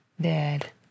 dad